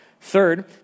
Third